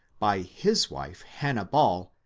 by his wife hannah ball,